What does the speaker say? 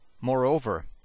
Moreover